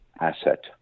asset